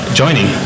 joining